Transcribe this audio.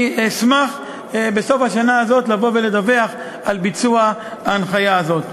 אני אשמח בסוף השנה הזאת לבוא ולדווח על ביצוע ההנחיה הזאת.